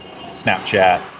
Snapchat